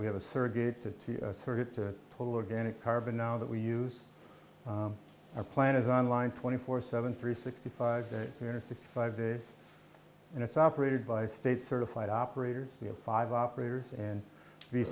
we have a surrogate to to target to pull organic carbon now that we use our plan is on line twenty four seven three sixty five and sixty five days and it's operated by state certified operators five operators and be